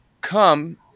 come